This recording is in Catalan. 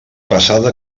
pesada